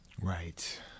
Right